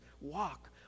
walk